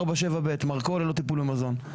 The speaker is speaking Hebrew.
4.7ב' מרכול ללא טיפול במזון.